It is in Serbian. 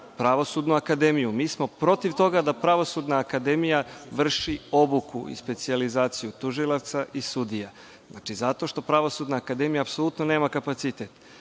Pravosudnu akademiju. Mi smo protiv toga da Pravosudna akademija vrši obuku i specijalizaciju tužilaca i sudija. Zato što Pravosudna akademija apsolutno nema kapacitet.I,